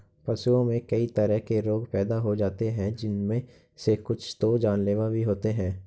पशुओं में कई तरह के रोग पैदा हो जाते हैं जिनमे से कुछ तो जानलेवा भी होते हैं